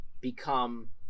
become